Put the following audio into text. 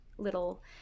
little